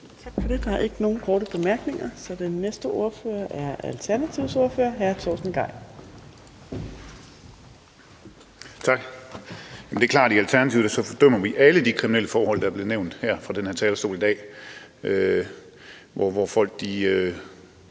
Tak for det. Der er ikke nogen korte bemærkninger, så den næste ordfører er Alternativets ordfører, hr. Torsten Gejl. Kl. 14:13 (Ordfører) Torsten Gejl (ALT): Tak. Det er klart, at i Alternativet fordømmer vi alle de kriminelle forhold, der er blevet nævnt her fra talerstolen i dag, altså hvor folk